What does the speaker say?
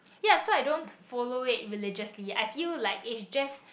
yup so I don't follow it religiously I feel like it just